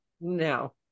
No